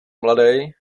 mladej